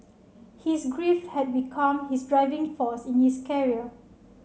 his grief had become his driving force in his career